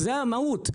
זו המהות,